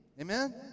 Amen